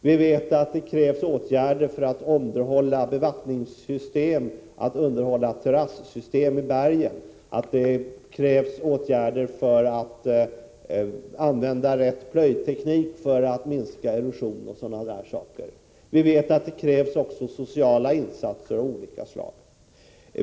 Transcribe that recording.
Vi vet också att det krävs åtgärder när det gäller underhållet av bevattningsoch terrassystemen i bergen samt åtgärder när det gäller valet av rätt plöjningsteknik samt åtgärder som syftar till minskad erosion etc. Det krävs också sociala insatser av olika slag.